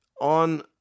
on